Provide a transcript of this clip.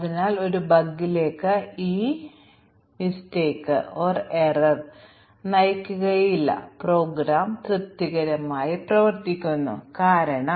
അതിനാൽ ഇവ രണ്ടും ഡിമിലോ 1978 നിർദ്ദേശിച്ചതും ഇവ രണ്ടും മ്യൂട്ടേഷൻ ടെസ്റ്റിംഗിന് പിന്നിലെ അടിസ്ഥാന സിദ്ധാന്തവുമാണ്